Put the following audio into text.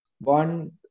One